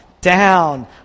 down